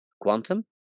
Quantum